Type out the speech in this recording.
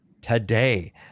today